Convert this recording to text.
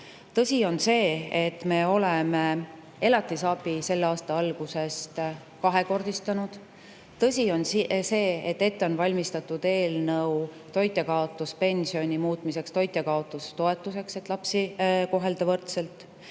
eurolt 80 eurole; oleme elatisabi selle aasta algusest kahekordistanud; ette on valmistatud eelnõu toitjakaotuspensioni muutmiseks toitjakaotustoetuseks, et lapsi kohelda võrdselt;